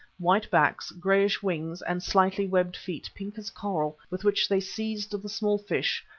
white backs, greyish wings, and slightly webbed feet, pink as coral, with which they seized the small fish,